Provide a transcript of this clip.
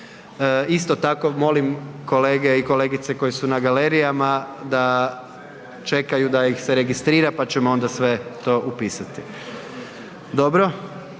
Isto tako, molim kolege i kolegice koje su na galerijama da čekaju da ih se registrira pa ćemo onda sve to upisati. Dobro.